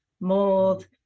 mold